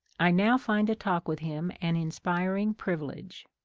i now find a talk with him an inspiring privilege.